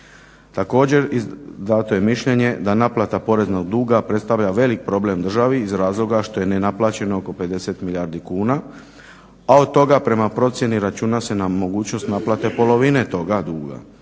Također, dato je mišljenje da naplata poreznog duga predstavlja velik problem državi iz razloga što je nenaplaćeno oko 50 milijardi kuna, a od toga prema procijeni računa se na mogućnost naplate polovine toga duga.